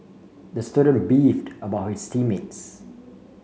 the student beefed about his team mates